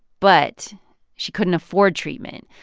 but she couldn't afford treatment.